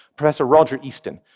professor roger easton,